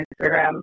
Instagram